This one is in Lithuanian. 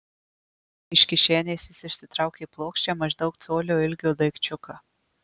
iš kišenės jis išsitraukė plokščią maždaug colio ilgio daikčiuką